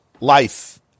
life